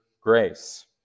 grace